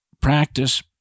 practice